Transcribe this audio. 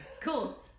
cool